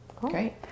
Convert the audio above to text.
Great